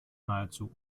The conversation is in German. nahezu